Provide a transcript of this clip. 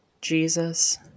Jesus